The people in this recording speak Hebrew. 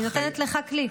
אני נותנת לך כלי.